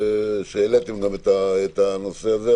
שהעליתם את הנושא הזה,